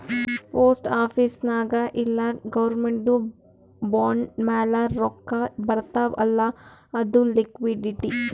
post office ನಾಗ್ ಇಲ್ಲ ಗೌರ್ಮೆಂಟ್ದು ಬಾಂಡ್ ಮ್ಯಾಲ ರೊಕ್ಕಾ ಬರ್ತಾವ್ ಅಲ್ಲ ಅದು ಲಿಕ್ವಿಡಿಟಿ